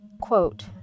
Quote